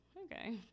okay